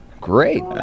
great